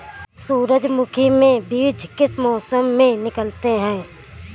सूरजमुखी में बीज किस मौसम में निकलते हैं?